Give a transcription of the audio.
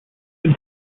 been